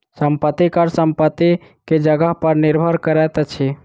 संपत्ति कर संपत्ति के जगह पर निर्भर करैत अछि